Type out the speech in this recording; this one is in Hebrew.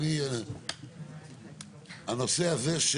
הנושא הזה,